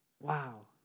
Wow